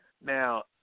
Now